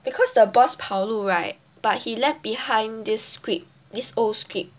because the boss 跑路 right but he left behind this script this old script